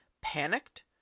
panicked